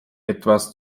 etwas